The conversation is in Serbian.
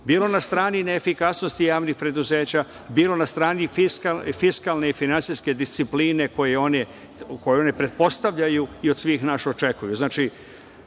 bilo na strani neefikasnosti javnih preduzeća, bilo na strani fiskalne i finansijske discipline koju oni pretpostavljaju i od svih nas očekuju. Znači,